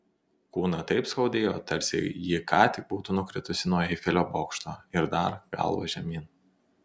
kūną taip skaudėjo tarsi ji ką tik būtų nukritusi nuo eifelio bokšto ir dar galva žemyn